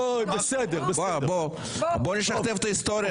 בוא נשכתב את ההיסטוריה.